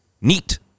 neat